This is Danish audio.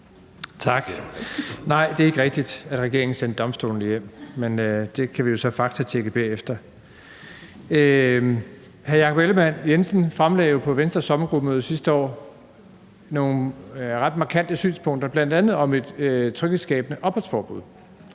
Tak. Nej, det er ikke rigtigt, at regeringen sendte domstolene hjem. Men det kan vi jo så faktatjekke bagefter. Hr. Jakob Ellemann-Jensen fremlagde jo på Venstres sommergruppemøde sidste år nogle ret markante synspunkter, bl.a. om et tryghedsskabende opholdsforbud.